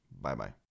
Bye-bye